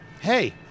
hey